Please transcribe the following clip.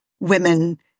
Women